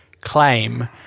claim